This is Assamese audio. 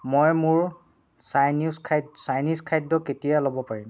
মই মোৰ চাইনিজ চাইনিজ খাদ্য কেতিয়া ল'ব পাৰিম